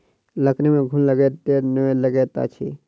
लकड़ी में घुन लगैत देर नै लगैत अछि